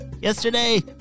Yesterday